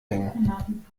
hängen